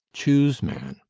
choose, man,